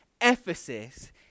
Ephesus